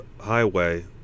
highway